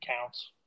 counts